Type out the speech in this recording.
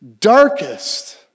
darkest